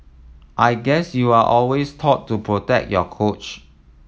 I guess you're always taught to protect your coach